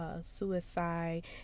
suicide